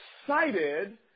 excited